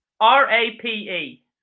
R-A-P-E